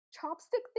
chopstick